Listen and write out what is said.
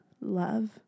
love